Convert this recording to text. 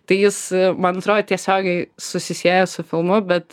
tai jis man atrodė tiesiogiai susisieja su filmu bet